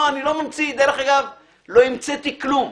דרך אגב, לא המצאתי כלום.